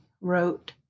wrote